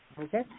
Okay